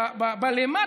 היום,